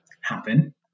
happen